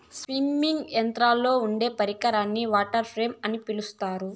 spinning యంత్రంలో ఉండే పరికరాన్ని వాటర్ ఫ్రేమ్ అని పిలుత్తారు